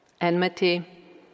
enmity